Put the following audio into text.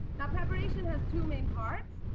and preparation has two main parts,